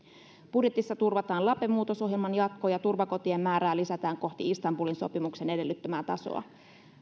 budjetissa turvataan lape muutosohjelman jatko ja turvakotien määrää lisätään kohti istanbulin sopimuksen edellyttämää tasoa